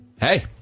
hey